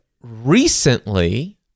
recently